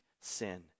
sin